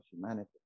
humanity